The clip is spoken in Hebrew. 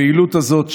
הבהילות הזאת,